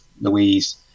Louise